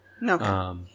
No